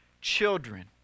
children